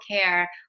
care